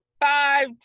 five